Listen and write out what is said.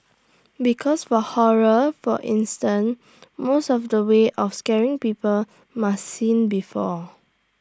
because for horror for instance most of the ways of scaring people must seen before